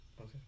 Okay